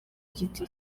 giti